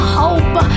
hope